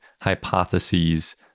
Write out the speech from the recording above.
hypotheses